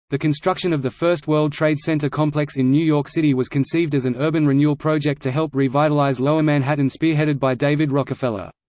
the construction of the first world trade center complex in new york city was conceived as an urban renewal project to help revitalize lower manhattan spearheaded by david rockefeller.